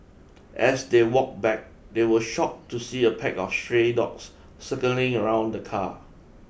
as they walked back they were shocked to see a pack of stray dogs circling around the car